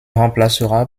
remplacera